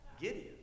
Gideon